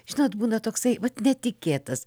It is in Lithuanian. žinot būna toksai vat netikėtas